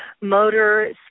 motor